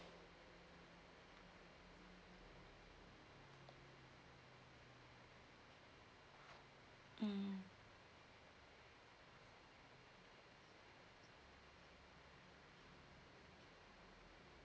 mm